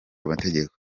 amategeko